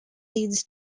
leads